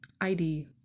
ID